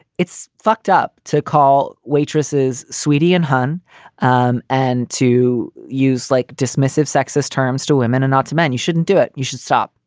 it's fucked up. to call waitress's swedien hunn and and to use like dismissive sexist terms to women or not to man. you shouldn't do it. you should stop.